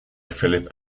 philip